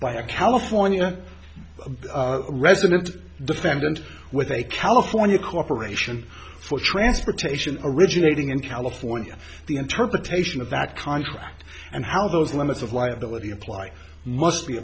a california resident defendant with a california corporation for transportation originating in california the interpretation of that contract and how those limits of liability apply must be